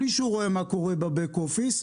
בלי שהוא רואה מה קורה בבק אופיס.